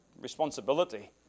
responsibility